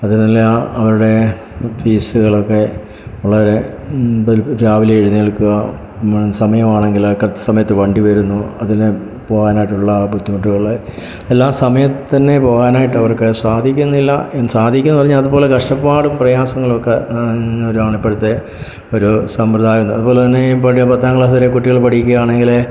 അതിനെല്ലാം അവരുടെ ഫീസുകളൊക്കെ വളരെ രാവിലെ എഴുന്നേൽക്കുക സമയമാണെങ്കിൽ കറക്ട് സമയത്ത് വണ്ടി വരുന്നു അതിൽ പോകാനായിട്ടുള്ള ബുദ്ധിമുട്ടുകൾ എല്ല എല്ലാം സമയത്തുതന്നെ പോകാനായിട്ട് അവർക്ക് സാധിക്കുന്നില്ല സാധിക്കുമെന്നുപറഞ്ഞാൽ അതുപോലെ കഷ്ടപ്പാടും പ്രയാസങ്ങളുമൊക്കെ നിറഞ്ഞവരാണ് ഇപ്പോഴത്തെ ഒരു സമ്പ്രദായം എന്ന് അതുപോലെത്തന്നെ പണ്ട് പത്താം ക്ളാസ്സ് വരെ കുട്ടികൾ പഠിക്കുകയാണെങ്കിൽ